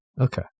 Okay